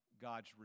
God's